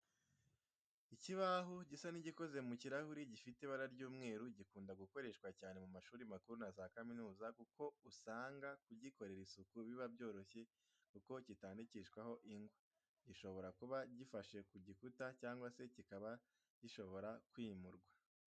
Ikibaho gisa n'igikoze mu kirahuri, gifite ibara ry'umweru gikunda gukoreshwa cyane mu mashuri makuru na za kaminuza kuko usanga kugikorera isuku biba byoroshye kuko kitandikishwaho ingwa. Gishobora kuba gifashe ku gikuta cyangwa se kikaba gishobora kwimurwa.